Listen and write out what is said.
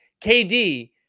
KD